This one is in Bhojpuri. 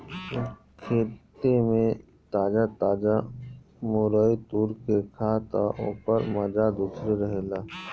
खेते में ताजा ताजा मुरई तुर के खा तअ ओकर माजा दूसरे रहेला